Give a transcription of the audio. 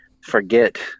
forget